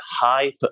hype